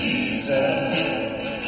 Jesus